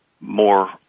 more